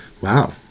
Wow